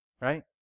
right